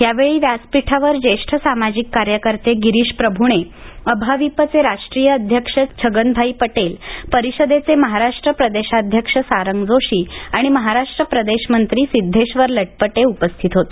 यावेळी व्यासपीठावर ज्येष्ठ सामाजिक कार्यकर्ते गिरीश प्रभूणे अभाविपचे राष्ट्रीय अध्यक्ष छगन भाई पटेल परिषदेचे महाराष्ट्र प्रदेशाध्यक्ष सारंग जोशी आणि महाराष्ट्र प्रदेश मंत्री सिद्धेश्वर लटपटे उपस्थित होते